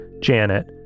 Janet